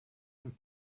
want